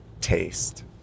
Taste